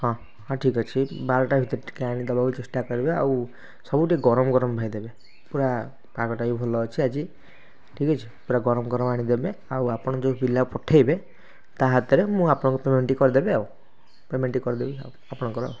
ହଁ ହଁ ଠିକ୍ ଅଛି ବାରଟା ଭିତରେ ଟିକେ ଆଣି ଦେବାକୁ ଚେଷ୍ଟା କରିବେ ଆଉ ସବୁ ଟିକେ ଗରମ ଗରମ ଭାଇ ଦେବେ ପୂରା ପାଗଟା ବି ଭଲ ଅଛି ଆଜି ଠିକ୍ ଅଛି ପୂରା ଗରମ ଗରମ ଆଣି ଦେବେ ଆଉ ଆପଣ ଯେଉଁ ପିଲା ପଠେଇଦେ ତା ହାତରେ ମୁଁ ଆପଣଙ୍କ ପେମେଣ୍ଟ୍ଟି କରିଦେବି ଆଉ ପେମେଣ୍ଟ୍ଟି ଟି କରିଦେବି ଆଉ ଆପଣଙ୍କର